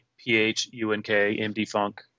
P-H-U-N-K-M-D-Funk